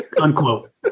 unquote